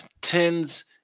tens